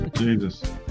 Jesus